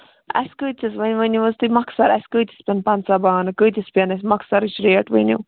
اَسہِ کٕتِس وۅنۍ ؤنِو حظ تُہۍ مۄخصر اَسہِ کۭتِس پین پَنژاہ بانہٕ کۭتِس پین اَسہِ مۄخصرٕچ ریٹ ؤنِو